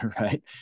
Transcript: Right